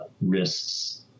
risks